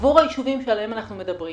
עבור היישובים שעליהם אנחנו מדברים